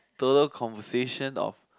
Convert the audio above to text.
the conversation of